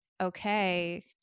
okay